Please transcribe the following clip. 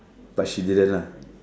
but she didn't lah